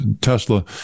tesla